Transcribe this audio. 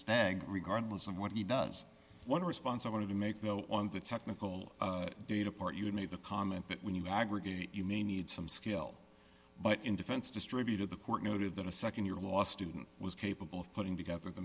stagg regardless of what he does what response i want to make though on the technical data part you would make the comment that when you aggregate you may need some skill but in defense distributed the court noted that a nd year law student was capable of putting together the